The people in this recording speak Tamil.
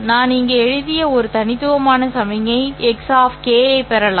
நான் இங்கே எழுதிய ஒரு தனித்துவமான சமிக்ஞை x k ஐப் பெறலாம்